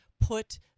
put